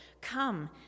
Come